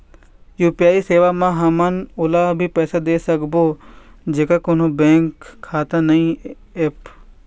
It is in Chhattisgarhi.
यू.पी.आई सेवा म हमन ओला भी पैसा दे सकबो जेकर कोन्हो बैंक खाता नई ऐप?